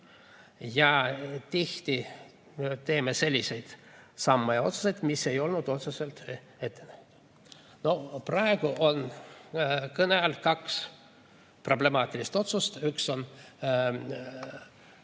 Tihti me teeme selliseid samme ja otsuseid, mis ei olnud otseselt ettenähtavad. Praegu on kõne all kaks problemaatilist otsust. Üks on